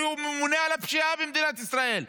הרי הוא ממונה על הפשיעה במדינת ישראל.